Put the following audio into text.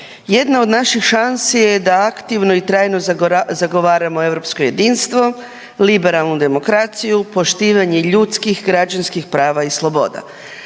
Jedna od naših šansi je da aktivno i trajno zagovaramo europsko jedinstvo, liberalnu demokraciju, poštivanje ljudskih, građanskih prava i sloboda.